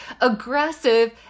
aggressive